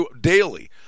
Daily